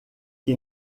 que